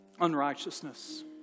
unrighteousness